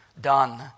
done